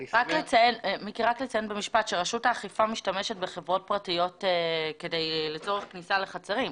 רק לציין במשפט שרשות האכיפה משתמשת בחברות פרטיות לצורך כניסה לחצרים.